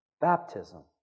Baptism